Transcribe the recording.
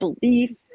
believe